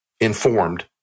informed